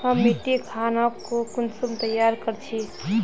हम मिट्टी खानोक कुंसम तैयार कर छी?